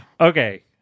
Okay